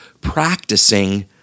practicing